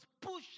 pushing